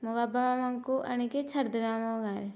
ମୋ ବାବା ମାମାଙ୍କୁ ଆଣିକି ଛାଡ଼ି ଦେବେ ଆମ ଗାଁ'ରେ